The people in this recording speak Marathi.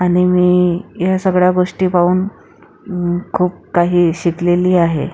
आणि मी या सगळ्या गोष्टी पाहून खूप काही शिकलेली आहे